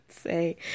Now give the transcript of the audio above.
say